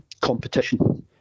competition